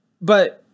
But-